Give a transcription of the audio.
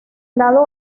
lado